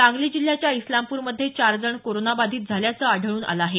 सांगली जिल्ह्याच्या इस्लामप्रमध्ये चार जण कोरोनाबाधित झाल्याचं आढळून आलं आहे